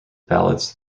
ballots